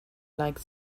like